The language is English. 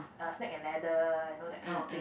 uh Snake and Ladder you know that kind of thing